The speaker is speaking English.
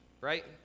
Right